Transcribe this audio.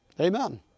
Amen